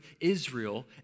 Israel